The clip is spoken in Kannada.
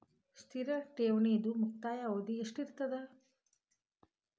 ಸ್ಥಿರ ಠೇವಣಿದು ಮುಕ್ತಾಯ ಅವಧಿ ಎಷ್ಟಿರತದ?